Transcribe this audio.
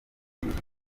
ibintu